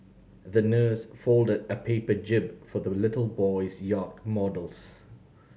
the nurse folded a paper jib for the little boy's yacht models